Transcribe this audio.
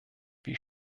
wie